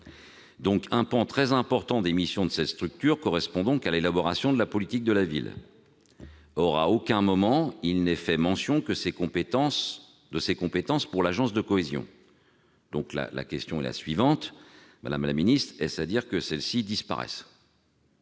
Un pan très important des missions de cette structure correspond donc à l'élaboration de la politique de la ville. Or, à aucun moment, il n'est fait mention de ces compétences pour l'ANCT. La question est donc la suivante, madame la ministre : est-ce à dire que celles-ci disparaissent ?